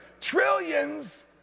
trillions